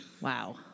Wow